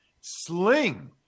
sling